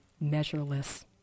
measureless